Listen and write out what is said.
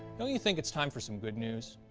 don't you think it's time for some good news?